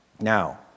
Now